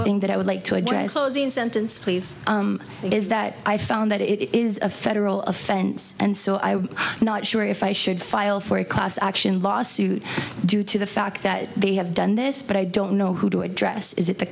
thing that i would like to address those in sentence please it is that i found that it is a federal offense and so i am not sure if i should file for a class action lawsuit due to the fact that they have done this but i don't know who to address is it the